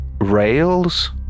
rails